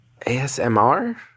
ASMR